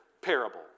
parable